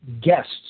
guests